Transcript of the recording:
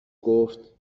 گفت